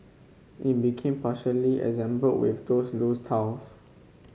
in became partially assembled with those loose